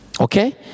Okay